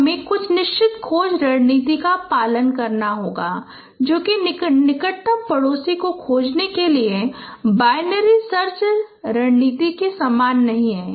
तो हमें कुछ निश्चित खोज रणनीति का पालन करना होगा जो कि निकटतम पड़ोसी को खोजने के लिए बाइनरी सर्च रणनीति के समान नहीं है